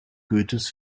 goethes